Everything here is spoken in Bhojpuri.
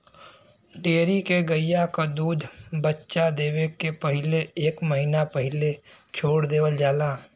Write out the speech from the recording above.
डेयरी के गइया क दूध बच्चा देवे के पहिले एक महिना पहिले छोड़ देवल जाला